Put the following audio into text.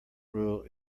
rule